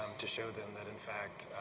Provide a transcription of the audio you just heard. um to show them that in fact